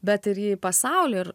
bet ir į pasaulį ir